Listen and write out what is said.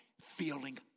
feeling